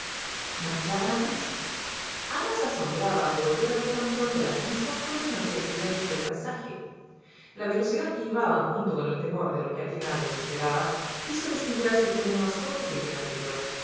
marchaban aprisa ana se asombraba de volver a ver tan pronto las mismas colinas y accidentes del paisaje la velocidad que llevaban junto con el temor de lo que al final los esperaba hízoles figurarse el camino más corto que el día anterior